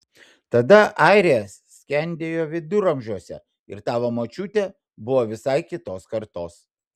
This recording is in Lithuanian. tada airija skendėjo viduramžiuose ir tavo močiutė buvo visai kitos kartos